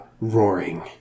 roaring